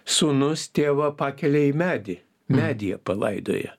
sūnus tėvą pakelia į medį medyje palaidoja